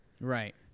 Right